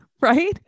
right